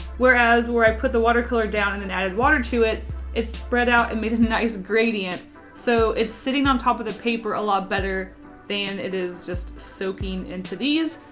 whereas where i put the watercolor down and added water to it it spread out and made a nice gradient. so it's sitting on top of the paper a lot better than it is just soaking into these.